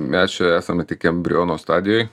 mes čia esame tik embriono stadijoj